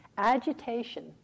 agitation